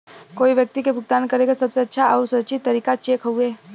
कोई व्यक्ति के भुगतान करे क सबसे अच्छा आउर सुरक्षित तरीका चेक हउवे